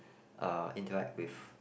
uh interact with